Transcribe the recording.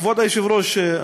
כבוד היושב-ראש,